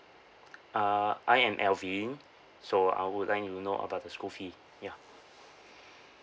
uh I am alvin so I would like to know about the school fee ya